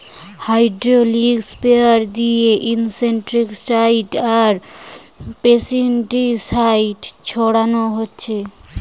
hydraulic sprayer দিয়ে insecticide আর pesticide ছোড়ানা হচ্ছে